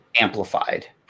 amplified